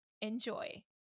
Enjoy